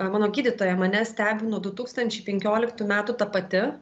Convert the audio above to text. mano gydytoja mane stebino du tūkstančiai penkioliktų metų ta pati